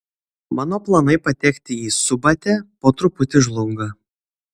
mano planai patekti į subatę po truputį žlunga